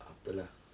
apa lah